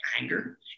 anger